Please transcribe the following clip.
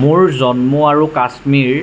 মোৰ জম্মু আৰু কাশ্মীৰ